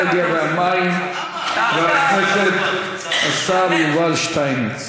האנרגיה והמים חבר הכנסת השר יובל שטייניץ.